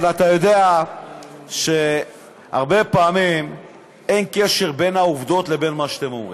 אבל אתה יודע שהרבה פעמים אין קשר בין העובדות לבין מה שאתם אומרים.